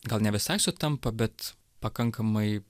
gal ne visai sutampa bet pakankamai